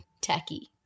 tacky